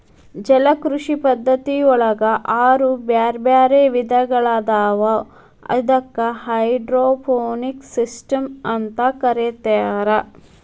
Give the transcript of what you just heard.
ಜಲಕೃಷಿ ಪದ್ಧತಿಯೊಳಗ ಆರು ಬ್ಯಾರ್ಬ್ಯಾರೇ ವಿಧಗಳಾದವು ಇವಕ್ಕ ಹೈಡ್ರೋಪೋನಿಕ್ಸ್ ಸಿಸ್ಟಮ್ಸ್ ಅಂತ ಕರೇತಾರ